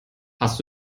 hast